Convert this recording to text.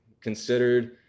considered